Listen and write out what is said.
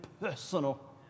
personal